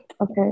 Okay